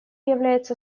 является